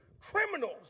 criminals